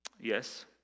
Yes